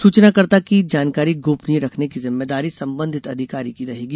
सूचनाकर्ता की जानकारी गोपनीय रखने की जिम्मेदारी संबंधित अधिकारी की रहेगी